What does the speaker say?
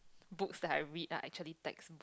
books that I read are actually text